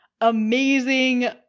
amazing